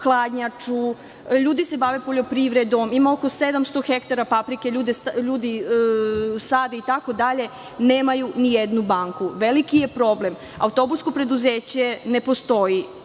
hladnjaču, ljudi se bave poljoprivredom, ima oko 700 hektara paprike, ljudi sade, itd, nemaju ni jednu banku. Veliki je problem, autobusko preduzeće ne postoji,